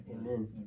Amen